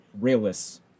realists